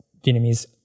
Vietnamese